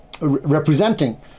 representing